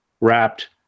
wrapped